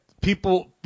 People –